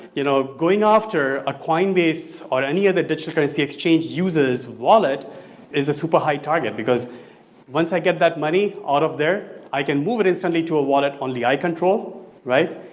you know, going after a coinbase or any of the digital currency exchange users wallet is a super high target because once i get that money out of there, i can move it in suddenly to a wallet only i control right?